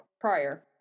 prior